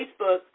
Facebook